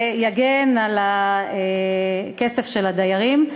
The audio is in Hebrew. ויגן על הכסף של הדיירים.